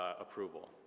approval